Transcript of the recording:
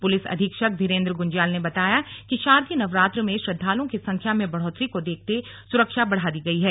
police अधीक्षक धीरेन्द्र गुंज्याल ने बताया कि शारदीय नवरात्र श्रद्वालुओं की संख्या में बढ़ोतरी को देखते सुरक्षा बढ़ा दी गई है